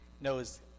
knows